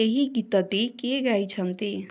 ଏହି ଗୀତଟି କିଏ ଗାଇଛନ୍ତି